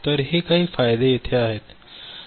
तर हे काही फायदे येथे आहेत